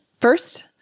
First